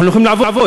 אנחנו יכולים לעבוד,